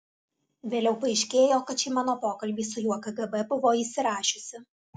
vėliau paaiškėjo kad šį mano pokalbį su juo kgb buvo įsirašiusi